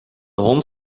hond